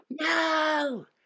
no